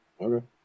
Okay